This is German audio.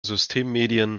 systemmedien